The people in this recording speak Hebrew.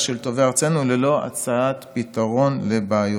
של טובי ארצנו ללא הצעת פתרון לבעיותיהם.